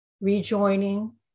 rejoining